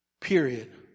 Period